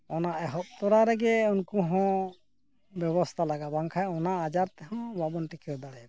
ᱚᱱᱟ ᱮᱦᱚᱵ ᱛᱚᱨᱟ ᱨᱮᱜᱮ ᱩᱱᱠᱩ ᱦᱚᱸ ᱵᱮᱵᱚᱥᱛᱟ ᱞᱟᱜᱟᱜᱼᱟ ᱵᱟᱝᱠᱷᱟᱱ ᱚᱱᱟ ᱟᱡᱟᱨ ᱛᱮᱦᱚᱸ ᱵᱟᱵᱚᱱ ᱴᱤᱠᱟᱹᱣ ᱫᱟᱲᱮᱭᱟᱠᱚᱣᱟ